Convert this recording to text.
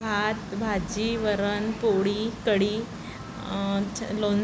भात भाजी वरण पोळी कठी च लोन